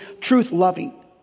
truth-loving